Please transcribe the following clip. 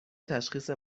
تشخیص